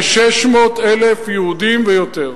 כ-600,000 יהודים ויותר.